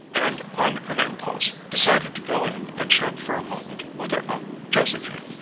and on an impulse decided to go in and chat for a moment with her aunt josephine,